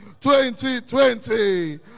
2020